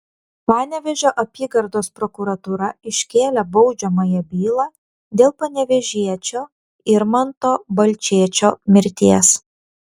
panevėžio apygardos prokuratūra iškėlė baudžiamąją bylą dėl panevėžiečio irmanto balčėčio mirties